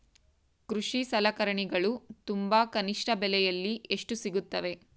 ಕೃಷಿ ಸಲಕರಣಿಗಳು ತುಂಬಾ ಕನಿಷ್ಠ ಬೆಲೆಯಲ್ಲಿ ಎಲ್ಲಿ ಸಿಗುತ್ತವೆ?